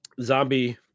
zombie